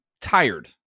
tired